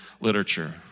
literature